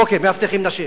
אוקיי, מאבטחים נשאיר.